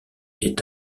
est